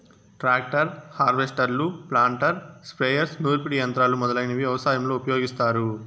tractor, హార్వెస్టర్లు, planter, sprayers, నూర్పిడి యంత్రాలు మొదలైనవి వ్యవసాయంలో ఉపయోగిస్తారు